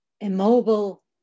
immobile